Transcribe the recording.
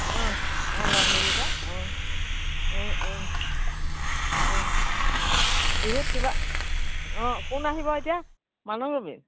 অঁহ অঁ ল'ৰা ছোৱালীগিটা অঁ বিহুত কিবা অঁ কোন আহিব এতিয়া মানস ৰবীন